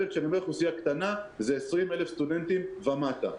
כשאני אומר אוכלוסייה קטנה זה 20,000 סטודנטים ומטה.